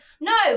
No